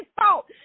fault